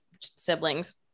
siblings